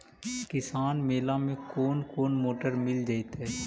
किसान मेला में कोन कोन मोटर मिल जैतै?